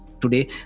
Today